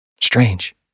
Strange